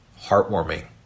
heartwarming